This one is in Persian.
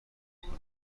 کنم